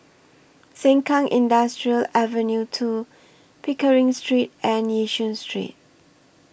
Sengkang Industrial Ave two Pickering Street and Yishun Street